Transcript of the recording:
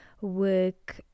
work